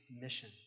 mission